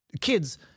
kids